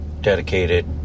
dedicated